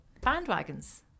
bandwagons